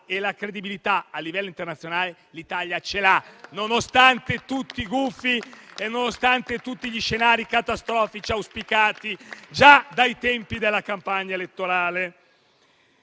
e la credibilità a livello internazionale l'Italia ce l'ha, nonostante tutti i gufi e tutti gli scenari catastrofici auspicati già dai tempi della campagna elettorale.